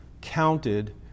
counted